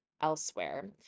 elsewhere